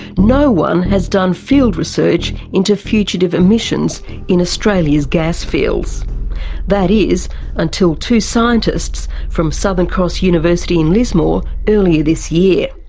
no one has done field research into fugitive emissions in australia's gas fields that is until two scientists from southern cross university in lismore earlier this year.